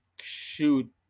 Shoot